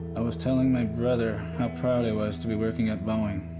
i was telling my brother how proud i was to be working at boeing.